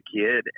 kid